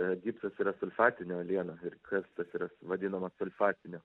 e gipsas yra sulfatinė uoliena ir kas tas yra vadinama sulfatinės